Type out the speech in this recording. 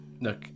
look